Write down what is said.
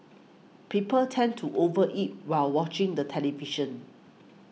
people tend to over eat while watching the television